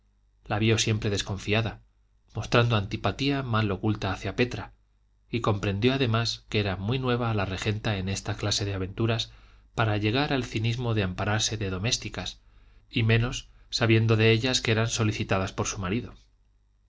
la vio siempre desconfiada mostrando antipatía mal oculta hacia petra y comprendió además que era muy nueva la regenta en esta clase de aventuras para llegar al cinismo de ampararse de domésticas y menos sabiendo de ellas que eran solicitadas por su marido